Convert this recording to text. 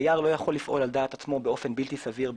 דייר לא יכול לפעול על דעת עצמו באופן בלתי סביר,